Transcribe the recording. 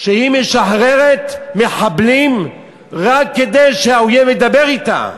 משחררת מחבלים רק כדי שהאויב ידבר אתה.